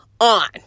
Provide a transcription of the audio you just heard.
on